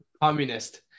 communist